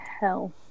hell